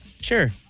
Sure